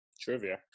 Trivia